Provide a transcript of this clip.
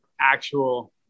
actual